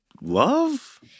love